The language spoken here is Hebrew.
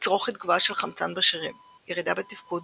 תצרוכת גבוהה של חמצן בשרירים – ירידה בתפקוד,